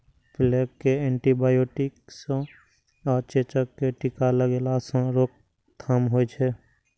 plague कें antibiotic सं आ चेचक कें टीका लगेला सं रोकथाम होइ छै